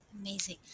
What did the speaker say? amazing